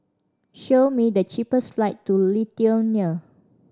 show me the cheapest flight to Lithuania